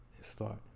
start